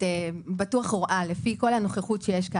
את בטוח רואה לפי כל הנוכחות שיש פה